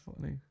funny